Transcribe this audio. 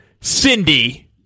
Cindy